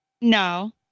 No